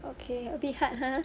okay bit hard !huh!